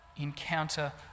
encounter